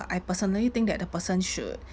I personally think that the person should